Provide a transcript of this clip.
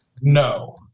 No